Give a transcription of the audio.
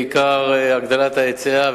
בעיקר הגדלת ההיצע,